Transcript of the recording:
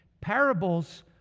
Parables